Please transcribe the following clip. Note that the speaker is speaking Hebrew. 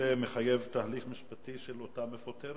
זה מחייב תהליך משפטי של אותה מפוטרת,